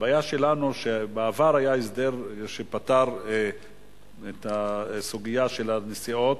הבעיה שלנו שבעבר היה הסדר שפתר את הסוגיה של הנסיעות.